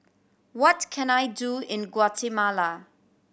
what can I do in Guatemala